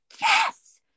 yes